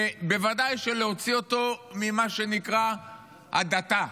ובוודאי להוציא אותו ממה שנקרא הדתה,